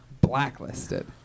blacklisted